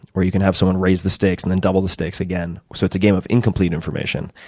where you can have someone raise the stakes and then double the stakes again. so it's a game of incomplete information.